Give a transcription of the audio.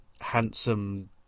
handsome